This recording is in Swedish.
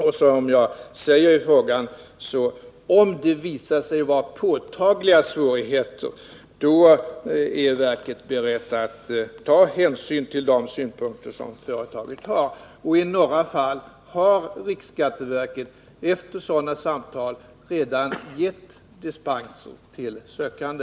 Och — som jag säger i svaret — om det visar sig vara påtagliga svårigheter, är verket berett att ta hänsyn till de synpunkter som företagen har. I några fall har riksskatteverket efter sådana samtal redan gett dispenser till sökande.